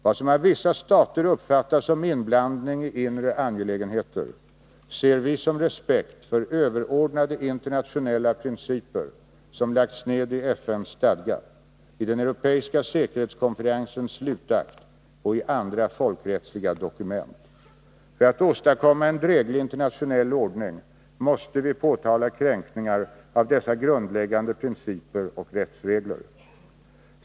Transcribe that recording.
Vad som av vissa stater uppfattas som inblandning i inre angelägenheter, ser vi som respekt för överordnade internationella principer som nedlagts i FN:s stadga, i den europeiska säkerhetskonferensens slutakt och i andra folkrättsliga dokument. För att åstadkomma en dräglig internationell ordning måste vi påtala kränkningar av dessa grundläggande principer och rättsregler.